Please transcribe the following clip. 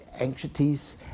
anxieties